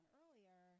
earlier